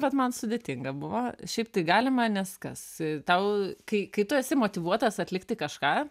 vat man sudėtinga buvo šiaip tai galima nes kas tau kai kai tu esi motyvuotas atlikti kažką